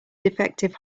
defective